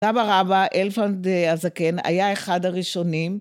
סבא רבע אלפנד הזקן היה אחד הראשונים.